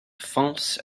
foncé